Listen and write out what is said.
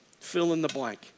fill-in-the-blank